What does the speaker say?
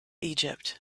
egypt